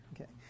Okay